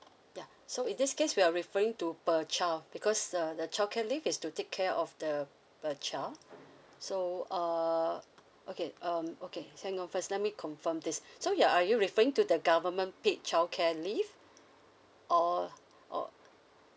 ya so in this case we're referring to per child because the the childcare leave is to take care of the per child so uh okay um okay hang on first let me confirm this so ya are you referring to the government paid childcare leave or or